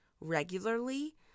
regularly